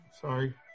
Sorry